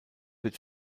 wird